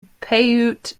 paiute